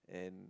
and